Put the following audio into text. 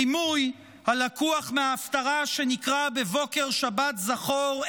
דימוי הלקוח מההפטרה שנקרא בבוקר שבת זכור,